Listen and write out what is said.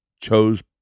chose